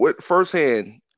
Firsthand